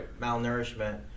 malnourishment